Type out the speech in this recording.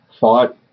fought